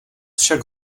však